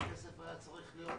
הכסף היה צריך להיות מונח,